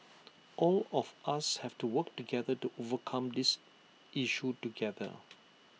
all of us have to work together to overcome this issue together